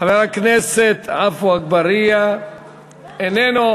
חבר הכנסת עפו אגבאריה, איננו.